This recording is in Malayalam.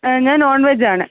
ആ ഞാൻ നോൺ വെജ് ആണ്